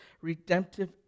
redemptive